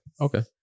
Okay